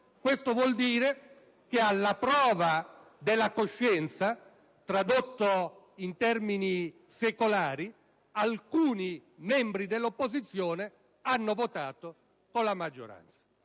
Questo vuol dire che, alla prova della coscienza, tradotto in termini secolari, alcuni membri dell'opposizione hanno votato con la maggioranza.